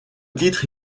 titre